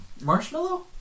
Marshmallow